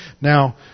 Now